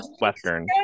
Western